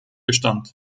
bestand